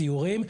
סיורים,